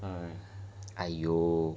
err !aiyo!